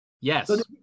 Yes